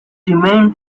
remained